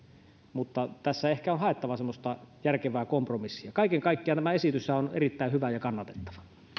mutta tässä ehkä on haettava semmoista järkevää kompromissia kaiken kaikkiaan tämä esitys on erittäin hyvä ja kannatettava